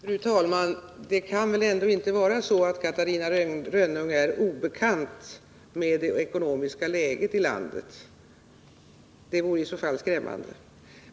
Fru talman! Catarina Rönnung kan väl ändå inte vara obekant med det ekonomiska läget i landet. Det vore i så fall skrämmande.